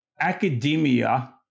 academia